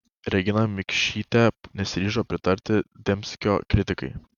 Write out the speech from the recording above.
regina mikšytė nesiryžo pritarti dembskio kritikai